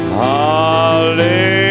Hallelujah